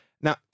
Now